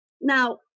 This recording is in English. now